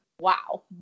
Wow